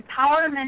empowerment